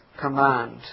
command